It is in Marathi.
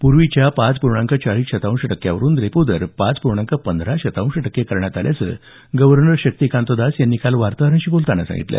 पूर्वीच्या पाच प्रणांक चाळीस शतांश टक्क्यांवरून रेपो दर पाच प्रणांक पंधरा शतांश टक्के करण्यात आल्याचं गव्हर्नर शक्तिकांत दास यांनी काल वार्ताहरांशी बोलताना सांगितलं